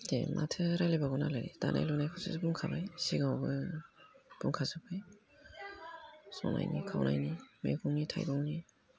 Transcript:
दे माथो रायज्लायबावनो आरो दानाय लुनायखौसो बुंखाबाय सिगांआवबो बुंखाजोब्बाय संनायनि खावनायनि मैगंनि थाइगंनि